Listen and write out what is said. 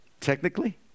technically